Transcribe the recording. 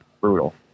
Brutal